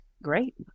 Great